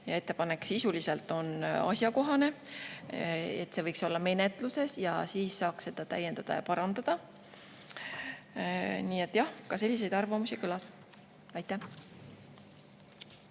ettepanek sisuliselt on asjakohane, [eelnõu] võiks olla menetluses ning siis saaks seda täiendada ja parandada. Nii et jah, ka selliseid arvamusi kõlas. Jaa,